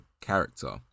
character